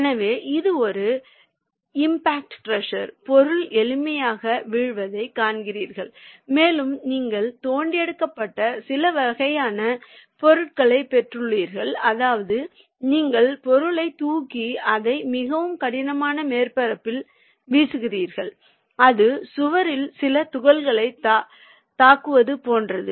எனவே இது ஒரு இம்பாக்ட் க்ரஷர் பொருள் எளிமையாக வீழ்வதை காண்கிறீர்கள் மேலும் நீங்கள் தோண்டியெடுக்கப்பட்ட சில வகையான பொருட்களைப் பெற்றுள்ளீர்கள் அதாவது நீங்கள் பொருளைத் தூக்கி அதை மிகவும் கடினமான மேற்பரப்பில் வீசுகிறீர்கள் அது சுவரில் சில துகள்களைத் தாக்குவது போன்றது